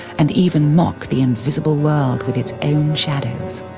and even mock the invisible world with its own shadows.